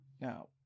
Now